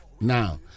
now